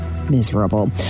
miserable